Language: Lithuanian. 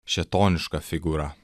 šėtoniška figūra